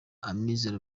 amizero